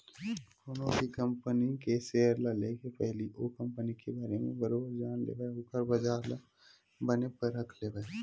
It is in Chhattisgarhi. कोनो भी कंपनी के सेयर ल लेके पहिली ओ कंपनी के बारे म बरोबर जान लेवय ओखर बजार ल बने परख लेवय